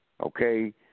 okay